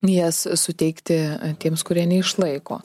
jas suteikti tiems kurie neišlaiko